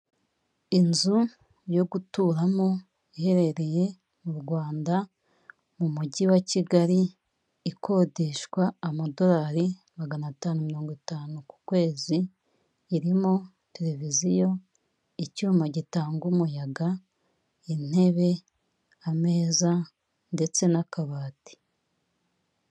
Inzu yo guturamo iherereye mu Rwanda mu mujyi wa Kigali ikodeshwa amadolari magana atanu na mirongo itanu ku kwezi, irimo televiziyo icyuma gitanga umuyaga, intebe, ameza, ndetse n'akabati.